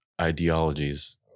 ideologies